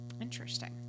Interesting